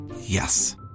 Yes